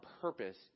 purpose